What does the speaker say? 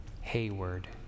Hayward